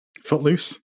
Footloose